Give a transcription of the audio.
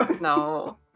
No